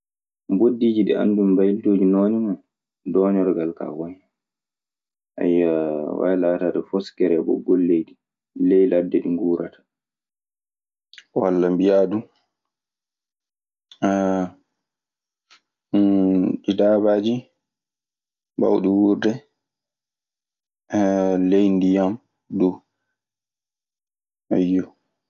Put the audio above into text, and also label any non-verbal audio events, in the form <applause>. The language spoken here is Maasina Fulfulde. Mboddiiji ɗi anndumi mbaylotooji noon ni oo dooñorgal kaa won hen. <hesitation> waawi laataade foskere ɓoggol leydi, ley ladde ɗi nguurata. <hesitation> ga nokku amen gaa kaa neɗɗo meeɗaayi yiyde ɗi gaa, so ngoonga. Walla mbiyaa du <hesitation> daabaaji bawɗi wuurde ley ndiyan du.